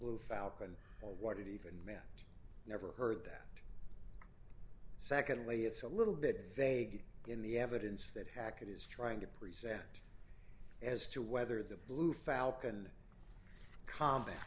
blue falcon or what it even meant never heard that secondly it's a little bit vague in the evidence that hackett is trying to present as to whether the blue falcon com